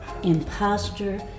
imposter